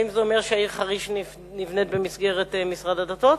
האם זה אומר שהעיר חריש נבנית במסגרת משרד הדתות?